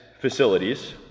facilities